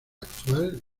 actual